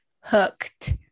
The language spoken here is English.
hooked